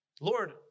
Lord